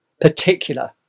particular